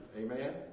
Amen